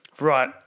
Right